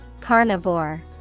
Carnivore